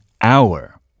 Hour